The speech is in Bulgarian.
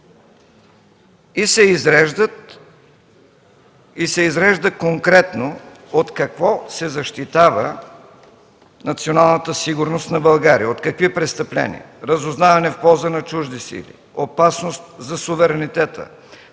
и се изрежда конкретно от какво се защитава националната сигурност на България, от какви престъпления – разузнаване в полза на чужди сили, опасност за суверенитета,